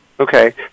Okay